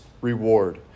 reward